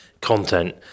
content